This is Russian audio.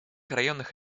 районах